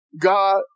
God